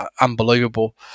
unbelievable